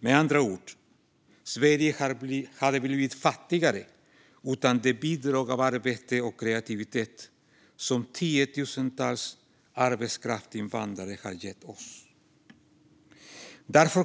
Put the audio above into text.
Med andra ord hade Sverige blivit fattigare utan det bidrag av arbete och kreativitet som tiotusentals arbetskraftsinvandrare har inneburit. Därför,